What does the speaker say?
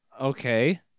Okay